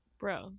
bro